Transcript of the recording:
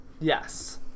Yes